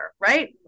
right